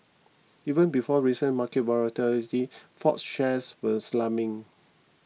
even before recent market volatility Ford's shares were slumping